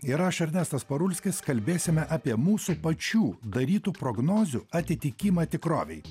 ir aš ernestas parulskis kalbėsime apie mūsų pačių darytų prognozių atitikimą tikrovei